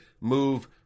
move